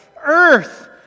Earth